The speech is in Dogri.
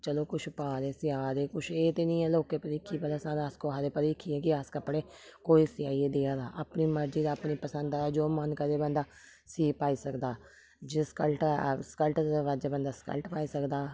चलो कुछ पा दे सीआ दे कुछ ऐ ते निं ऐ लोकें पर हीखी भला साढ़ा अस कुसै उप्पर हीखी हा अस कपड़े कोई सिआइयै देआ दा अपनी मर्जी दा अपनी पसंदा दा जो मन करै बंदा सीऐ पाई सकदा जे सक्लट ऐ सक्लट दा रवाज ऐ बंदा सक्लट पाई सकदा